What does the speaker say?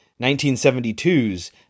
1972's